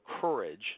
courage